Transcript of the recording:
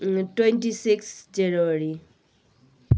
twenty sixth January